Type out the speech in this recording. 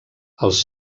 els